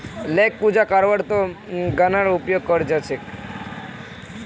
लोग पूजा करवार त न गननार उपयोग कर छेक